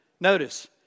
notice